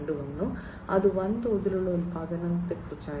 0 വന്നു അത് വൻതോതിലുള്ള ഉൽപ്പാദനത്തെക്കുറിച്ചായിരുന്നു